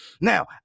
Now